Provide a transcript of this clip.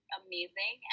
amazing